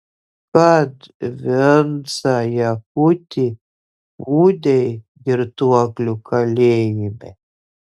kad vincą jakutį pūdei girtuoklių kalėjime